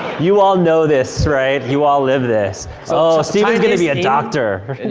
you all know this, right, you all live this. so, steven's gonna be a doctor.